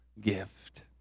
gift